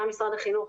גם משרד החינוך